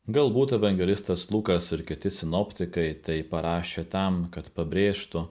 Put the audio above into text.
galbūt evangelistas lukas ir kiti sinoptikai tai parašė tam kad pabrėžtų